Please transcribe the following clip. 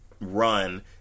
run